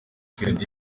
kennedy